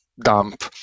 dump